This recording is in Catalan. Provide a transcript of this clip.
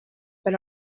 per